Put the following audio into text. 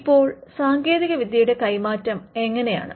ഇപ്പോൾ സാങ്കേതികവിദ്യയുടെ കൈമാറ്റം എങ്ങനെയാണ്